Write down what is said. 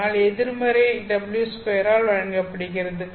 அதனால் எதிர்மறை w2 ஆல் வழங்கப்படுகிறது